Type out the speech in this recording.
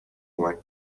کمک